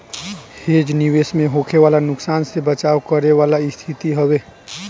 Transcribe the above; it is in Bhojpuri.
हेज निवेश में होखे वाला नुकसान से बचाव करे वाला स्थिति हवे